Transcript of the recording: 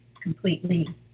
completely